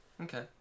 Okay